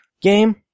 game